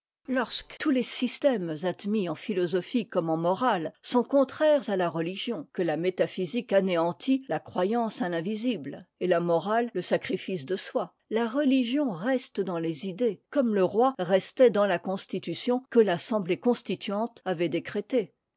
lorsque tous les systèmes admis en philosophie comme en morale sont contraires à la religion que la métaphysique anéantit la croyance à l'invisible et la morale le sacrifice de de soi la religion reste dans les idées comme le roi restait dans la constitution que t'assemblée constituante avait décrétée